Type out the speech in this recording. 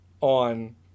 on